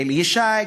אלי ישי,